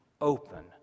open